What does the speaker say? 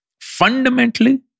fundamentally